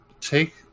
...take